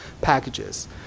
packages